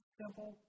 simple